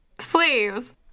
slaves